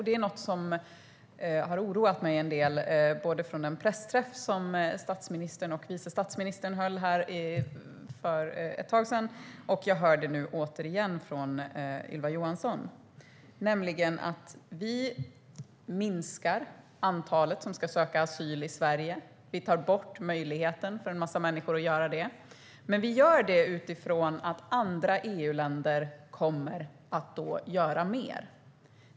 Det är något som har oroat mig en del - jag hörde det både på den pressträff som statsministern och vice statsministern höll för ett tag sedan, och jag hör det nu återigen från Ylva Johansson: Vi minskar antalet som ska söka asyl i Sverige och tar bort möjligheten för en massa människor att söka, men vi gör det utifrån att andra EU-länder kommer att göra mer.